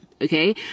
okay